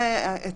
בנוסף,